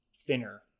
thinner